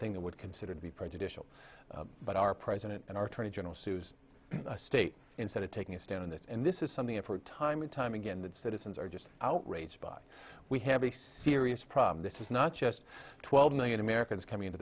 thing that would consider to be prejudicial but our president and our attorney general sues state instead of taking a stand on this and this is something i've heard time and time again that citizens are just outraged by we have a serious problem this is not just twelve million americans coming into